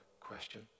question